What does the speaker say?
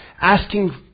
asking